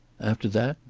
after that,